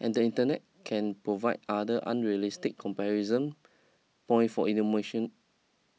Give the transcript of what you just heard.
and the internet can provide other unrealistic comparison point for emotion